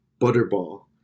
butterball